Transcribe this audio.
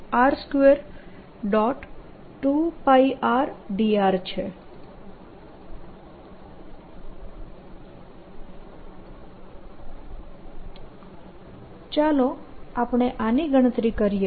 2πrdr ચાલો આપણે આની ગણતરી કરીએ